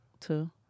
Two